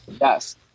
Yes